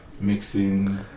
mixing